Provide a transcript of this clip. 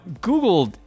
Google